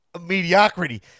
mediocrity